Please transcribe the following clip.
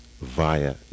via